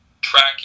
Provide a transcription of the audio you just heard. tracking